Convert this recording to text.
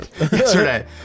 yesterday